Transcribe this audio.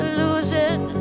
losing